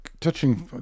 touching